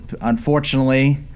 Unfortunately